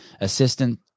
assistant